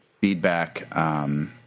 feedback